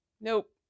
Nope